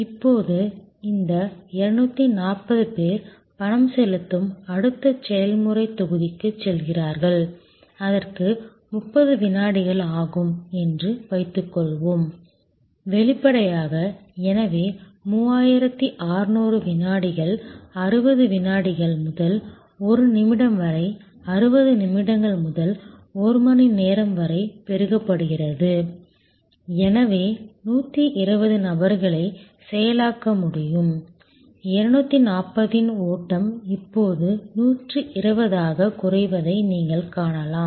இப்போது இந்த 240 பேர் பணம் செலுத்தும் அடுத்த செயல்முறைத் தொகுதிக்குச் செல்கிறார்கள் அதற்கு 30 வினாடிகள் ஆகும் என்று வைத்துக்கொள்வோம் வெளிப்படையாக எனவே 3600 வினாடிகள் 60 வினாடிகள் முதல் ஒரு நிமிடம் வரை 60 நிமிடங்கள் முதல் ஒரு மணி நேரம் வரை பெருக்கப்படுகிறது எனவே 120 நபர்களை செயலாக்க முடியும் 240 இன் ஓட்டம் இப்போது 120 ஆக குறைவதை நீங்கள் காணலாம்